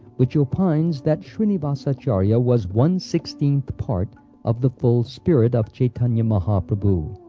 which opines that shrinivas acharya was one-sixteenth part of the full spirit of chaitanya mahaprabhu.